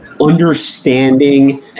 understanding